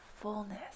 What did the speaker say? fullness